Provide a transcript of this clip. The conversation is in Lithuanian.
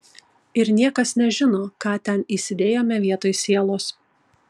ir niekas nežino ką ten įsidėjome vietoj sielos